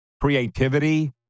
creativity